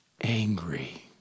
angry